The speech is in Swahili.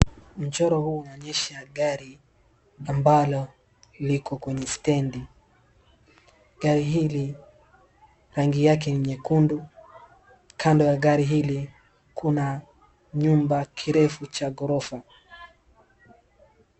Mchoro huu unaonyesha gari ambalo liko kwenye stendi. Gari hili rangi yake ni nyekundu, kando ya gari hili kuna nyumba kirefu cha gorofa.